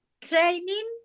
training